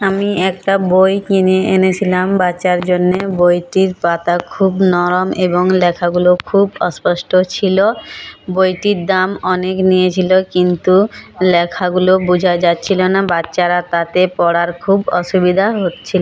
আমি একটা বই কিনে এনেছিলাম বাচ্চার জন্যে বইটির পাতা খুব নরম এবং লেখাগুলো খুব অস্পষ্ট ছিল বইটির দাম অনেক নিয়েছিলো কিন্তু লেখাগুলো বোঝা যাচ্ছিল না বাচ্চারা তাতে পড়ার খুব অসুবিধা হচ্ছিল